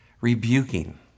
Rebuking